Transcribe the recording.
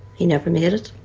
he never made it.